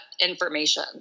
information